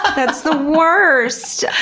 ah that's the worst!